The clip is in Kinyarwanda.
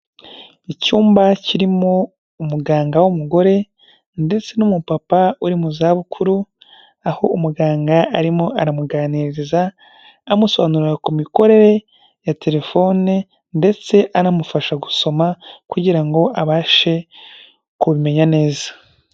Icyumba kirimo umuganga w'umugore ndetse n'umupapa uri mu zabukuru, aho umuganga arimo aramuganiriza, amusobanurira ku mikorere ya telefone ndetse anamufasha gusoma kugira ngo abashe kubimenya neza.